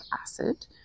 acid